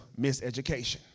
miseducation